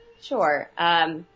Sure